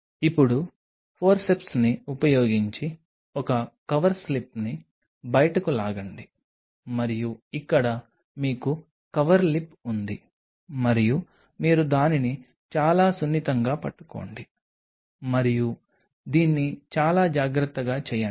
ఇప్పుడు ఫోర్సెప్స్ని ఉపయోగించి ఒక కవర్ స్లిప్ని బయటకు లాగండి మరియు ఇక్కడ మీకు కవర్లిప్ ఉంది మరియు మీరు దానిని చాలా సున్నితంగా పట్టుకోండి మరియు దీన్ని చాలా జాగ్రత్తగా చేయండి